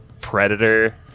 predator